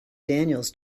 daniels